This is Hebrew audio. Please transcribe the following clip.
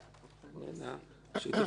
כשתחזור.